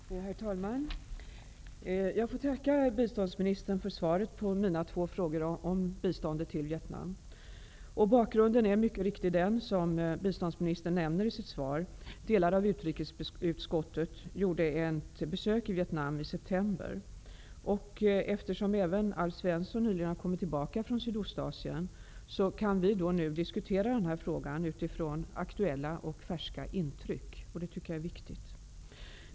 Herr talman! Jag får tacka biståndsministern för svaret på mina två frågor om biståndet till Vietnam. Bakgrunden är mycket riktigt den som biståndsministern nämner i sitt svar. Delar av utrikesutskottet gjorde ett besök i Vietnam i september. Eftersom även Alf Svensson nyligen har kommit tillbaka från Sydostasien, kan vi nu diskutera den här frågan utifrån aktuella och färska intryck. Det tycker jag är viktigt.